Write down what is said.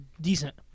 decent